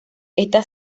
esta